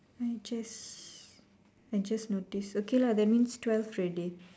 I just I just noticed okay lah that means twelve already